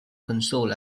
console